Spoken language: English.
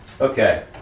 Okay